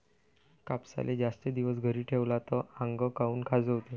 कापसाले जास्त दिवस घरी ठेवला त आंग काऊन खाजवते?